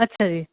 ਅੱਛਾ ਜੀ